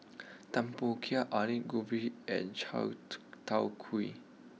Tempoyak Aloo Gobi and Chai tow Kuay